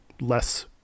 less